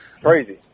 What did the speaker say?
crazy